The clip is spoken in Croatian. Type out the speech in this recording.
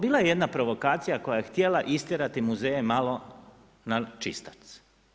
Bila je jedna provokacija koja je htjela istjerati muzeje malo na čistac.